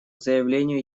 заявлению